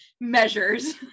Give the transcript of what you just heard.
measures